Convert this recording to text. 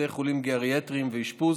בתי חולים גריאטריים ואשפוז